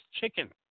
chicken